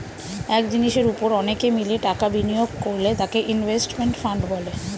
এক জিনিসের উপর অনেকে মিলে টাকা বিনিয়োগ করলে তাকে ইনভেস্টমেন্ট ফান্ড বলে